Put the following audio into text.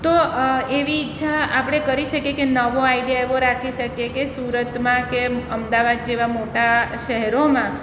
તો એવી ઈચ્છા આપણે કરી શકીએ કે નવો આઈડિયા એવો રાખી શકીએ કે સુરતમાં કે અમદાવાદ જેવા મોટા શેહરોમાં